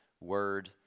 word